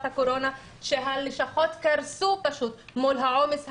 הקורונה הלשכות קרסו מול העומס הרב,